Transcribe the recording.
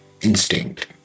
instinct